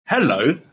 Hello